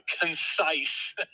concise